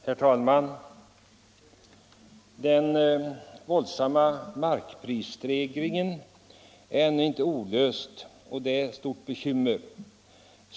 Herr talman! ”Den våldsamma markprisstegringen är ännu ett olöst bekymmer.